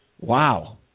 Wow